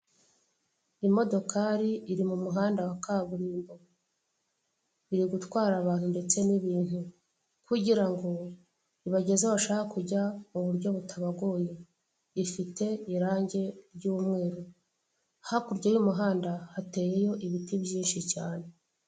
Imodokari iri mu muhanda wa kaburimbo, iri gutwara abantu ndetse n'ibintu kugira ngo ibajyeze iyo bashaka kujya mu buryo butabagoye, ifite irangi ry'umweru hakurya y'umuhanda hateyeyo ibiti byinshi cyane.